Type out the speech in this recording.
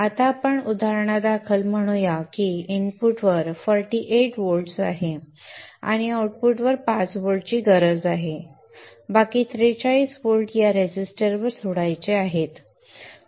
आता आपण उदाहरणादाखल म्हणू या की इनपुटवर 48 व्होल्ट्स आहेत आणि आऊटपुटवर 5 व्होल्ट्सची गरज आहे बाकी 43 व्होल्ट्स या रेझिस्टरवर सोडायचे आहेत